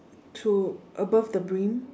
to above the brim